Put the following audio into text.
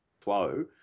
flow